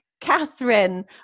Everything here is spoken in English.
Catherine